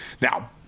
Now